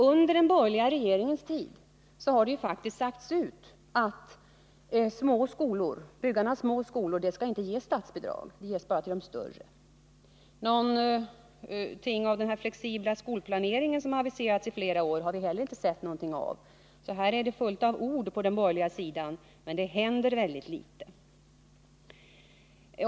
Under den borgerliga regeringens tid har det faktiskt sagts ut att det inte skall utgå statsbidrag till byggande av små skolor — statsbidrag skall ges endast till större skolor. Den flexibla skolplanering som aviserats i flera år har vi inte heller sett någonting av. Det är alltså fullt av ord på den borgerliga sidan, men det händer väldigt litet.